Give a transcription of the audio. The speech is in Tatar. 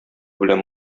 белән